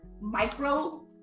micro